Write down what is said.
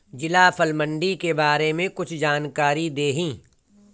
जिला फल मंडी के बारे में कुछ जानकारी देहीं?